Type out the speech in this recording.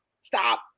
stop